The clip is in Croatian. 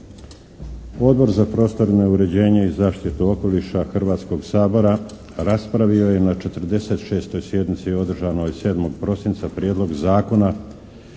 Odbor za prostorno uređenje i zaštitu okoliša Hrvatskog sabora raspravio je na 46. sjednici održanoj 7. prosinca Prijedlog zakona